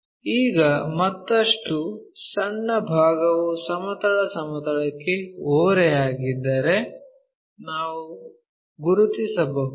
ಈಗ ಮತ್ತಷ್ಟು ಸಣ್ಣ ಭಾಗವು ಸಮತಲ ಸಮತಲಕ್ಕೆ ಓರೆಯಾಗಿದ್ದರೆ ನಾವು ಗುರುತಿಸಬಹುದು